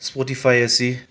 Spotify ꯑꯁꯤ